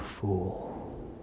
fool